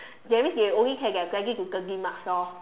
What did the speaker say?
that means they only can get twenty to thirty marks lor